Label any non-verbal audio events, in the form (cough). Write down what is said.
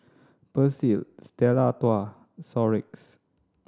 Persil Stella (unintelligible)